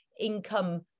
income